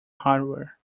hardware